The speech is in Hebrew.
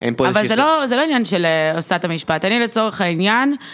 אבל זה לא עניין של עושת המשפט, אני לצורך העניין